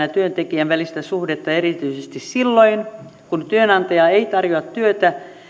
ja työntekijän välistä suhdetta erityisesti silloin kun työnantaja ei tarjoa työtä